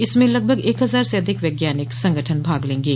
इसमें लगभग एक हजार से अधिक वैज्ञानिक संगठन भाग लेंगे